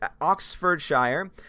Oxfordshire